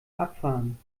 abfahren